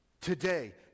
Today